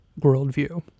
worldview